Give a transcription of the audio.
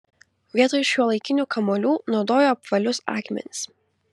vietoj šiuolaikinių kamuolių naudojo apvalius akmenis